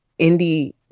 indie